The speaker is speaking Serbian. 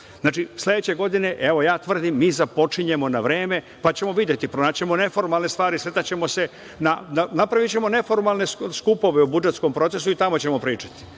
spremni. Sledeće godine, evo ja tvrdim, mi započinjemo na vreme, pa ćemo videti, pronaći ćemo neformalne stvari, napravićemo neformalne skupove o budžetskom procesu i tamo ćemo pričati,